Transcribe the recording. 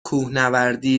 کوهنوردی